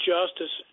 Justice